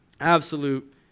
absolute